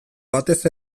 batez